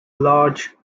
large